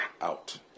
out